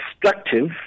destructive